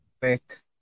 quick